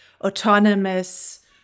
autonomous